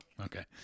okay